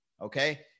okay